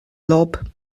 lob